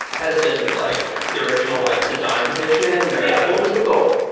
as in like the original like design vision or yeah. what was the goal?